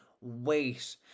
wait